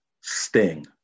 sting